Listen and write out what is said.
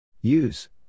Use